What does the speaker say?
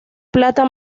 plata